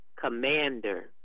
Commander